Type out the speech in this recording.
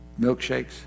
milkshakes